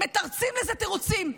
מתרצים לזה תירוצים.